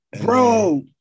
Bro